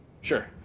sure